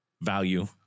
value